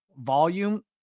volume